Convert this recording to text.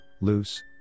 loose